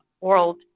world